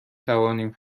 توانیم